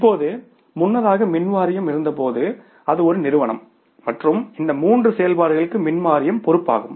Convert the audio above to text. இப்போது முன்னதாக மின் வாரியம் இருந்தபோது அது ஒரு நிறுவனம் மற்றும் இந்த மூன்று செயல்பாடுகளுக்கும் மின் வாரியம் பொறுப்பாகும்